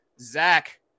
Zach